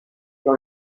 sur